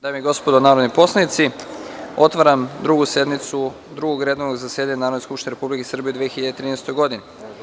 dame i gospodo narodni poslanici, otvaram Drugu sednicu Drugog redovnog zasedanja Narodne skupštine Republike Srbije u 2013. godini.